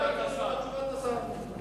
בהצעת השר.